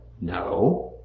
No